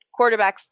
quarterbacks